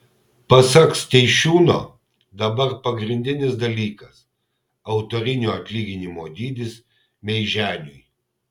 pasak steišiūno dabar pagrindinis dalykas autorinio atlyginimo dydis meiženiui